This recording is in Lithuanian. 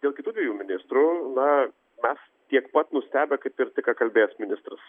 dėl kitų dviejų ministrų na mes tiek pat nustebę kaip ir tik ką kalbėjęs ministras